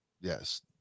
yes